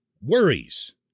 worries